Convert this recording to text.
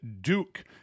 Duke